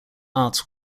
arts